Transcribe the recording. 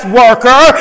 worker